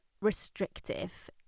restrictive